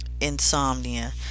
insomnia